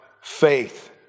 faith